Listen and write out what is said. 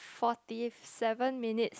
forty seven minutes